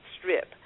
strip